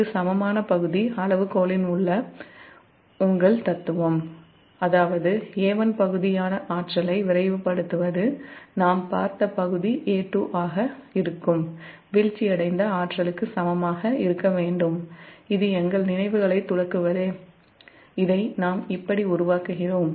இது சமமான பகுதி அளவுகோலின் உள்ள தத்துவம் அதாவது A1 பகுதியான ஆற்றலை விரைவுபடுத்துவது நாம் பார்த்த பகுதி A2 வீழ்ச்சியடைந்த ஆற்றலுக்கு சமமாக இருக்க வேண்டும் இது நம் நினைவுகளைத் துலக்குவதே இதை நாம் இப்படி உருவாக்குகிறோம்